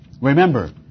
Remember